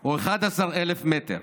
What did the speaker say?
הוא 11,000 מטר.